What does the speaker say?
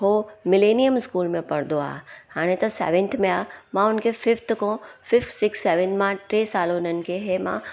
उहो Millennium School में पढ़ंदो आहे हाणे त सेवंथ में आहे मां हुनखे फिफ्थ खां फिफ्थ सिक्स्थ सेवन मां टे साल हुननि खे इहे मां